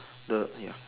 the ya